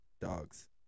dogs